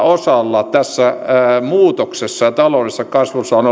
osa tässä muutoksessa ja taloudellisessa kasvussa on